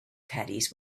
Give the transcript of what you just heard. caddies